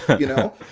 you know?